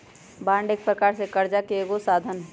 bond एक प्रकार से करजा के एगो साधन हइ